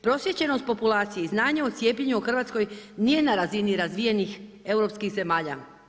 Prosvjećenost populacije i znanje o cijepljenju u Hrvatskoj nije na razini razvijenih europskih zemalja.